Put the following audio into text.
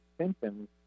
symptoms